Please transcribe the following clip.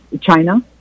China